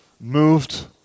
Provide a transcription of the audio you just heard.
moved